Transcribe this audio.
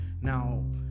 Now